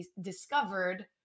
discovered